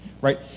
right